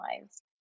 lives